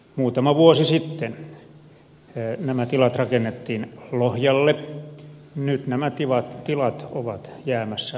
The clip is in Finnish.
muutama vuosi sitten nämä tilat rakennettiin lohjalle nyt nämä tilat ovat jäämässä tyhjilleen